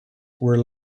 were